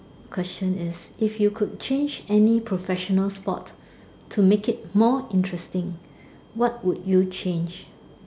question is if you could change any professional sport to make it more interesting what would you change